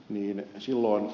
niemi sulo